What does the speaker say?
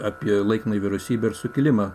apie laikinąją vyriausybę ir sukilimą